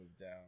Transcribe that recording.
down